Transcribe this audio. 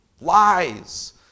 Lies